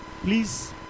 please